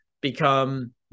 become